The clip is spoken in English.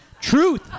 truth